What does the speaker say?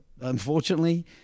unfortunately